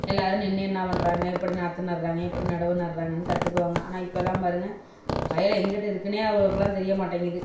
எல்லோரும் நின்று என்ன பண்ணுறாங்க எப்படி நாற்று நடுறாங்க எப்படி நடவு நடுறாங்கனு கற்றுக்குவாங்க ஆனால் இப்பலாம் பாருங்கள் வயல் எங்கிட்டு இருக்குன்னே அவங்களுக்குலாம் தெரிய மாட்டேங்குது